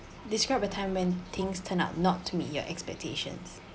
describe a time when things turn out not to meet your expectations